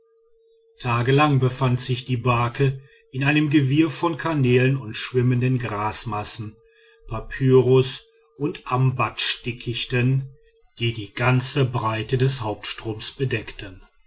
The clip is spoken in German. tagelang befand sich die barke in einem gewirr von kanälen und schwimmenden grasmassen papyrus und ambatschdickichten die die ganze breite des hauptstroms bedeckten